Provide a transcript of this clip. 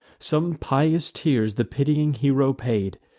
some pious tears the pitying hero paid,